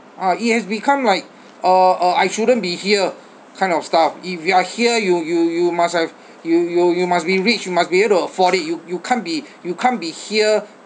uh it has become like uh uh I shouldn't be here kind of stuff if you're here you you you must have you you you must be rich you must be able to afford it you you can't be you can't be here